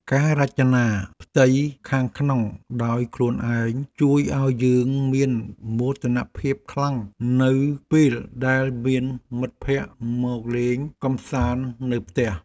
ការរចនាផ្ទៃខាងក្នុងដោយខ្លួនឯងជួយឱ្យយើងមានមោទនភាពខ្លាំងនៅពេលដែលមានមិត្តភក្តិមកលេងកម្សាន្តនៅផ្ទះ។